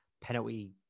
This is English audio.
penalty